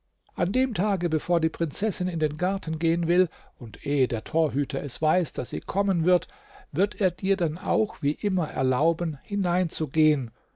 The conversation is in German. an dem tage bevor die prinzessin in den garten gehen will und ehe der torhüter es weiß daß sie kommen wird wird er dir dann auch wie immer erlauben hineinzugehen